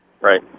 Right